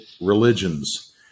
religions